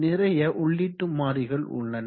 நிறைய உள்ளீட்டு மாறிகள் உள்ளன